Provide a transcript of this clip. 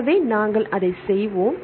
எனவே நாங்கள் அதை செய்வோம்